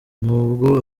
n’ubwo